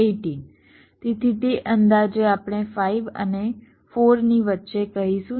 તેથી તે અંદાજે આપણે 5 અને 4 ની વચ્ચે કહીશું